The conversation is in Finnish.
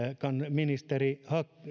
ministeri